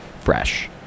fresh